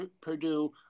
Purdue